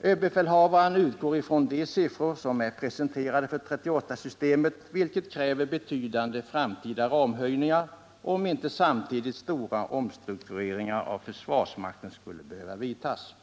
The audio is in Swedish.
Överbefälhavaren utgår ifrån de siffror som är presenterade för 38 systemet, vilket kräver betydande framtida ramhöjningar, om inte samtidigt stora omstruktureringar av försvarsmakten skall behöva företas.